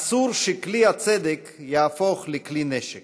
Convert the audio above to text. אסור שכלי הצדק יהפוך לכלי נשק.